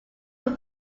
were